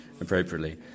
appropriately